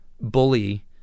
bully